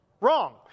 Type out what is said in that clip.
wrong